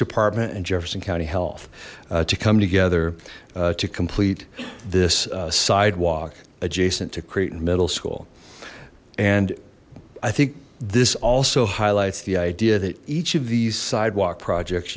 department and jefferson county health to come together to complete this sidewalk adjacent to create in middle school and i think this also highlights the idea that each of these sidewalk projects